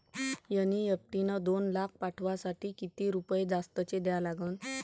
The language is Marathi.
एन.ई.एफ.टी न दोन लाख पाठवासाठी किती रुपये जास्तचे द्या लागन?